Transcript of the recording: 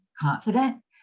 confident